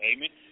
Amen